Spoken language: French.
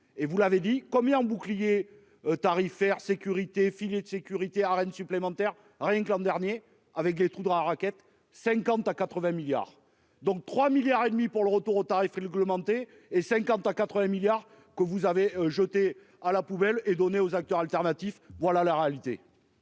et vous l'avez dit combien. Bouclier. Tarifaire sécurité filet de sécurité à Rennes supplémentaires rien que l'an dernier avec des trous dans la raquette, 50 à 80 milliards, donc 3 milliards et demi pour le retour au tarif réglementé et 50 à 80 milliards que vous avez jeté à la poubelle et donner aux acteurs alternatifs. Voilà la réalité.